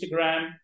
Instagram